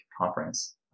conference